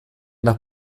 nach